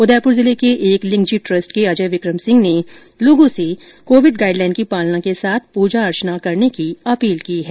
उदयपुर जिले के एकलिंग जी ट्रस्ट के अजय विक्रम सिंह ने लोगों से कोविड गाइड लाइन की पालना के साथ पूजा अर्चना करने की अपील की है